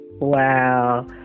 Wow